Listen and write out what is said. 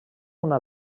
una